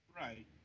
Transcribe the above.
Right